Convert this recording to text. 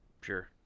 Sure